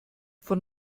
von